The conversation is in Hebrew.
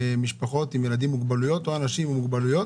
משפחות עם ילדים עם מוגבלויות או אנשים עם מוגבלויות